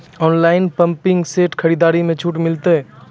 Online pumping set खरीदारी मे छूट मिलता?